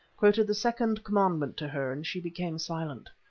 quoted the second commandment to her, and she became silent.